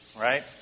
right